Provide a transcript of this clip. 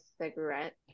cigarette